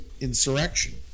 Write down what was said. insurrection